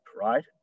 right